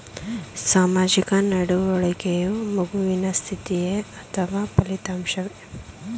ಸಾಮಾಜಿಕ ನಡವಳಿಕೆಯು ಮಗುವಿನ ಸ್ಥಿತಿಯೇ ಅಥವಾ ಫಲಿತಾಂಶವೇ?